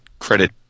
credit